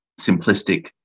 simplistic